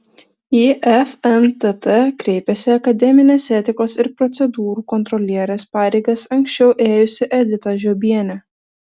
į fntt kreipėsi akademinės etikos ir procedūrų kontrolierės pareigas anksčiau ėjusi edita žiobienė